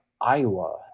Iowa